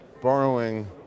borrowing